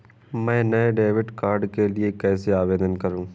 मैं नए debit card के लिए कैसे आवेदन करूं?